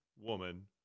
woman